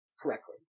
correctly